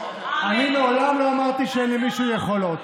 מעולם לא אמרתי שאין למישהו יכולות.